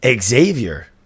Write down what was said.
Xavier